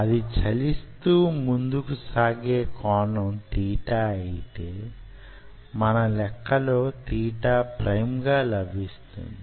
అది చలిస్తూ ముందుకు సాగే కోణం తీటా అయితే మన లెక్కలో తీటా ప్రైమ్ గా లభిస్తుంది